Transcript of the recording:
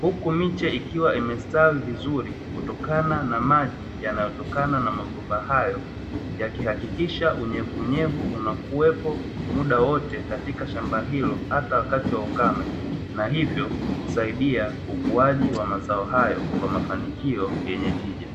huku miche ikiwa imestawi vizuri kutokana na maji yanayotokana na mabomba hayo, yakihakikisha unyevunyevu unakuwepo muda wote katika shamba hilo, hata wakati wa ukame na hivyo kusaidia ukuaji wa mazao hayo kwa mafanikio yenye tija.